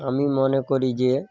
আমি মনে করি যে